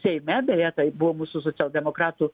seime beje tai buvo mūsų socialdemokratų